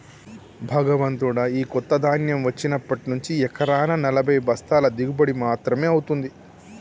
భగవంతుడా, ఈ కొత్త ధాన్యం వచ్చినప్పటి నుంచి ఎకరానా నలభై బస్తాల దిగుబడి మాత్రమే అవుతుంది